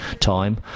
time